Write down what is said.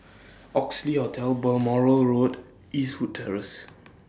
Oxley Hotel Balmoral Road Eastwood Terrace